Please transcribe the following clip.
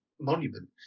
monument